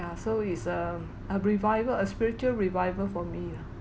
ya so is um a revival a spiritual revival for me lah